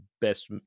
best